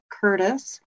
curtis